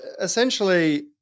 essentially